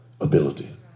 ability